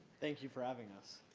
thank you for having us.